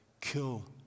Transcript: kill